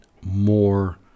more